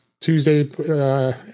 Tuesday